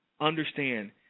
understand